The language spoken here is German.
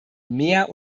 mehr